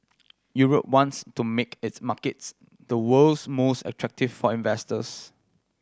Europe wants to make its markets the world's most attractive for investors